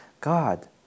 God